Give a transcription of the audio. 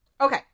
Okay